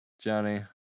Johnny